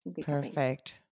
Perfect